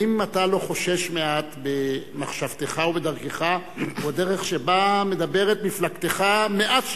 האם אתה לא חושש מעט במחשבתך ובדרכך ובדרך שבה מדברת מפלגתך מאז 67'